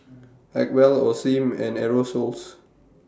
Acwell Osim and Aerosoles